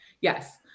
Yes